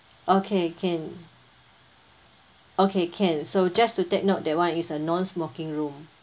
okay can okay can so just to take note that one is a non smoking room